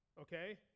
Okay